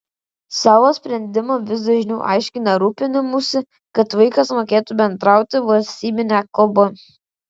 savo sprendimą vis dažniau aiškina rūpinimųsi kad vaikas mokėtų bendrauti valstybine kalba